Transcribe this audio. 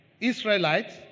Israelites